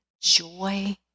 joy